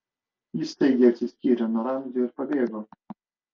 ji staigiai atsiskyrė nuo ramzio ir pabėgo